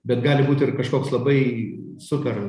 bet gali būt ir kažkoks labai super